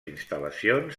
instal·lacions